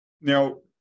Now